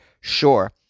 sure